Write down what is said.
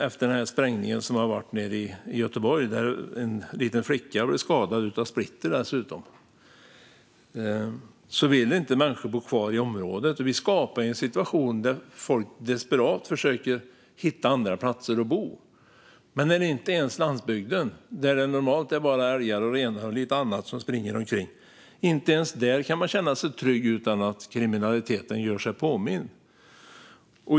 Efter sprängningen i Göteborg, då en liten flicka dessutom blev skadad av splitter, vill inte människor bo kvar i området. Vi skapar en situation som gör att folk desperat försöker att hitta andra platser att bo på. Men inte ens på landsbygden, där det normalt bara springer omkring älgar och renar, kan man känna sig trygg. Även där gör sig kriminaliteten påmind.